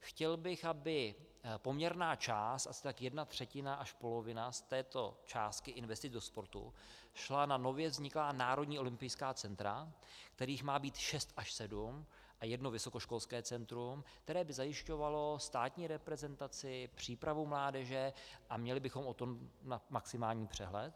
Chtěl bych, aby poměrná část, asi jedna třetina až polovina z této částky investic do sportu, šla na nově vzniklá národní olympijská centra, kterých má být šest až sedm, a jedno vysokoškolské centrum, které by zajišťovalo státní reprezentaci, přípravu mládeže a měli bychom o tom maximální přehled.